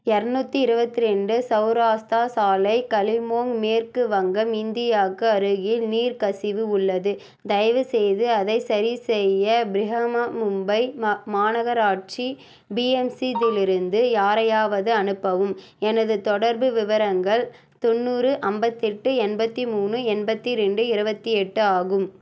இரநூத்தி இருபத்தி ரெண்டு சௌராஷ்ட்ரா சாலை கலிமோங் மேற்கு வங்கம் இந்தியாவுக்கு அருகில் நீர்க்கசிவு உள்ளது தயவுசெய்து அதை சரிசெய்ய பிஹாமா மும்பை ம மாநகராட்சி பிஎம்சி லிருந்து யாரையாவது அனுப்பவும் எனது தொடர்பு விவரங்கள் தொண்ணூறு ஐம்பத்தெட்டு எண்பத்தி மூணு எண்பத்தி ரெண்டு இருபத்தி எட்டு ஆகும்